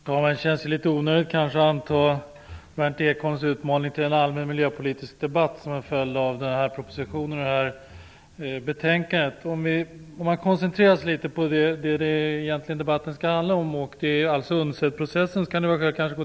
Herr talman! Det känns litet onödigt att anta Berndt Ekholms utmaning om en allmän miljöpolitisk debatt med anledning av den här propositionen och det här betänkandet. Jag skall koncentrera mig på det som debatten egentligen skall handla om, dvs. UNCED-processen.